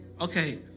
Okay